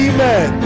Amen